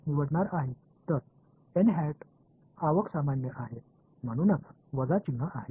எனவே உள்நோக்கி இயல்பானது அதனால்தான் மைனஸ் அடையாளம் உள்ளது